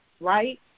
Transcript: right